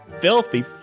Filthy